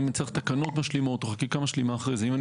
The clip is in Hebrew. האם צריך תקנות משלימות או חקיקה משלימה אחרי זה.